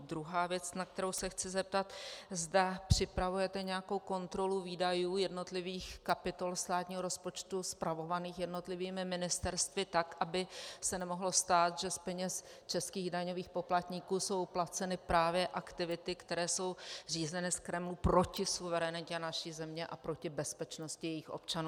Druhá věc, na kterou se chci zeptat, zda připravujete nějakou kontrolu výdajů jednotlivých kapitol státního rozpočtu spravovaných jednotlivými ministerstvy tak, aby se nemohlo stát, že z peněz českých daňových poplatníků jsou placeny právě aktivity, které jsou řízeny z Kremlu proti suverenitě naší země a proti bezpečnosti jejích občanů.